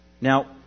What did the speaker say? Now